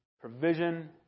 provision